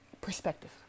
perspective